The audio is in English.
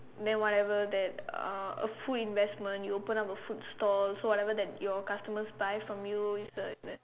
then whatever that uh a food investment you open up a food store so whatever that your customers buy from you is a